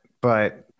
But-